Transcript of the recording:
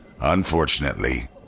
Unfortunately